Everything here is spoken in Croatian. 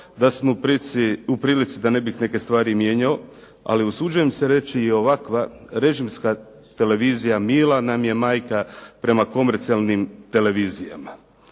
da smo u prilici da ne bih neke stvari mijenjao, ali usuđujem se reći i ovakva režimska televizija mila nam je majka prema komercijalnim televizijama.